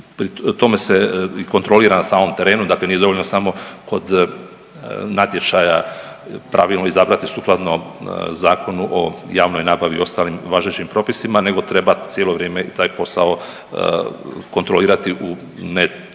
To se i kontrolira na samom terenu, dakle nije dovoljno samo kod natječaja pravilno izabrati sukladno Zakonu o javnoj nabavi i ostalim važećim propisima nego treba cijelo vrijeme i taj posao kontrolirati u ne